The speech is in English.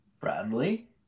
Bradley